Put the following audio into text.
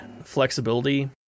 flexibility